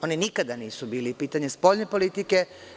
One nikada nisu bile pitanje spoljne politike.